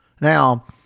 Now